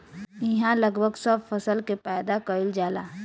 इहा लगभग सब फसल के पैदा कईल जाला